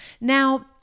Now